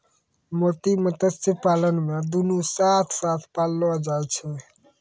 मोती मत्स्य पालन मे दुनु साथ साथ पाललो जाय छै